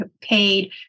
paid